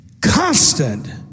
constant